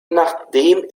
nachdem